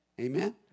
amen